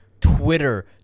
Twitter